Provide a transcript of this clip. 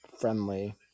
friendly